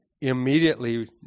immediately